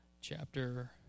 chapter